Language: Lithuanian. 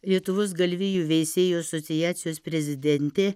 lietuvos galvijų veisėjų asociacijos prezidentė